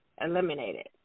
eliminated